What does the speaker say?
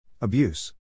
Abuse